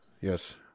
Yes